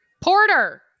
Porter